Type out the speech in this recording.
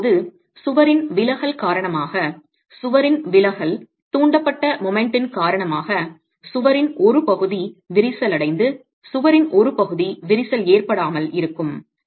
இப்போது சுவரின் விலகல் காரணமாக சுவரின் விலகல் தூண்டப்பட்ட மொமென்ட் ன் காரணமாக சுவரின் ஒரு பகுதி விரிசல் அடைந்து சுவரின் ஒரு பகுதி விரிசல் ஏற்படாமல் இருக்கும் சரி